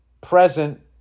present